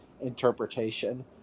interpretation